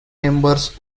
members